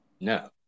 no